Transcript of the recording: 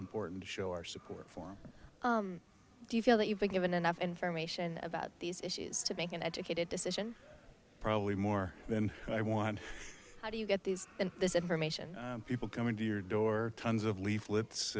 important to show our support for do you feel that you've been given enough information about these issues to make an educated decision probably more than i want how do you get these and this information and people coming to your door tons of leaflets